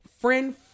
friend